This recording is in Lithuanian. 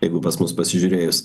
jeigu pas mus pasižiūrėjus